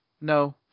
No